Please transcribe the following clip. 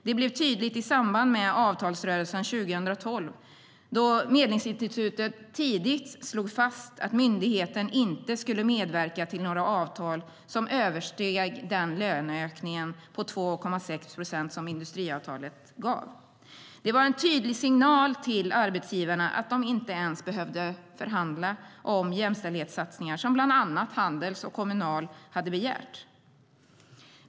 Detta blev tydligt i samband med avtalsrörelsen 2012, då Medlingsinstitutet tidigt slog fast att myndigheten inte skulle medverka till några avtal som översteg den löneökning på 2,6 procent som industriavtalet gav. Det var en tydlig signal till arbetsgivarna att de inte ens behövde förhandla om de jämställdhetssatsningar som bland andra Handels och Kommunal hade begärt.